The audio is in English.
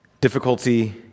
difficulty